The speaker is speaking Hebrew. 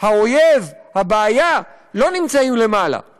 האויב, הבעיה, לא נמצאים למעלה;